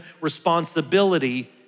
responsibility